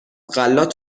غلات